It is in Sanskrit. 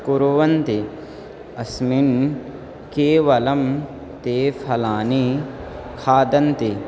कुर्वन्ति अस्मिन् केवलं ते फलानि खादन्ति